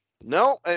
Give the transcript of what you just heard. No